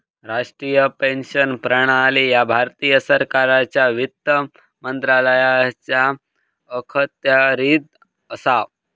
राष्ट्रीय पेन्शन प्रणाली ह्या भारत सरकारच्या वित्त मंत्रालयाच्या अखत्यारीत असा